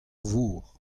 vor